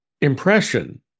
impression